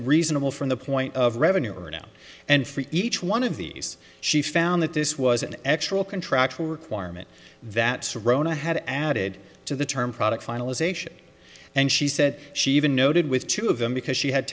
reasonable from the point of revenue or now and from each one of these she found that this was an actual contractual requirement that rona had added to the term product finalization and she said she even noted with two of them because she had